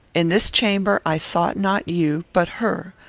in this chamber i sought not you, but her.